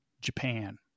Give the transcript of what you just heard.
Japan